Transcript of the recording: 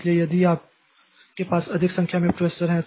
इसलिए यदि आपके पास अधिक संख्या में प्रोसेसर हैं